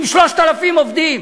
עם 3,000 עובדים.